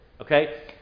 Okay